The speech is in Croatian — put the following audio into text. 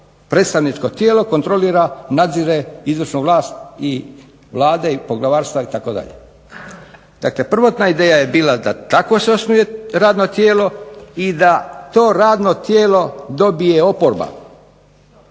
predstavničko tijelo kontrolira, nadzire izvršnu vlast i Vlade i poglavarstva itd. Dakle, prvotna ideja je bila da takvo se osnuje radno tijelo i da to radno tijelo dobije oporba.